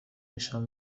نشان